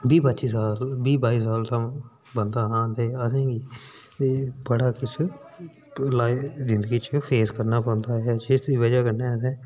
बीह् पंजी साल बीह् बाई साल तां बंद हा ते असेंगी ते बड़ा किश भुलाए जिंदगी च फेस करना पौंदा जां जिसदी बजह कन्नै असें